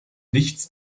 nichts